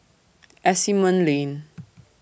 Asimont Lane